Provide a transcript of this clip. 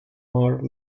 mar